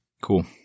Cool